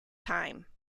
time